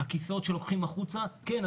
של הכיסאות שלוקחים החוצה כן,